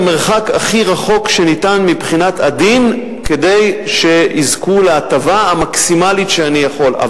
המרחק הכי גדול שניתן מבחינת הדין כדי שיזכו להטבה המקסימלית שאני יכול.